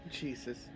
Jesus